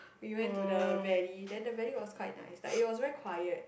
we went to the valley then the valley was quite nice like it was very quiet